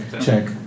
check